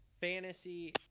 fantasy